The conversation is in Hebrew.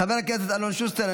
חבר הכנסת אלון שוסטר,